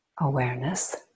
awareness